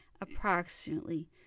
approximately